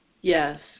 Yes